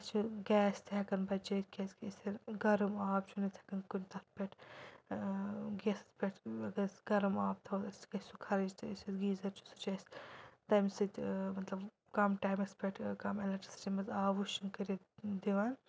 أسۍ چھ گیس تہِ ہٮ۪کان بچٲیِتھ کیازِ کہِ گرم آب چھنہٕ أسۍ ہیٚکان کُنہِ تَتھ پٮ۪ٹھ گیسس پٮ۪ٹھ یُس گرم آب تھو سُہ گَژھِ خرچ تہٕ اسہِ یُس گیٖزر چھُ سُہ چھُ اسہِ تمہِ سۭتۍ مطلب کم ٹایَمس پیٚٹھ کم ایلیکٹرسٹی منٛز آب وٕشُن کٔرِتھ دِوان